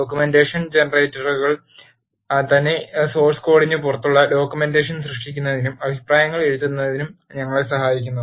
documentation ജനറേറ്ററുകൾ തന്നെ source കോഡിന് പുറത്തുള്ള ഡോക്യുമെന്റേഷൻ സൃഷ്ടിക്കുന്നതിനും അഭിപ്രായങ്ങൾ എഴുതുന്നത് ഞങ്ങളെ സഹായിക്കുന്നു